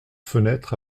fenêtre